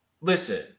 listen